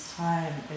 time